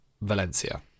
Valencia